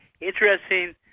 interesting